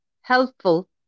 helpful